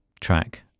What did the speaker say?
track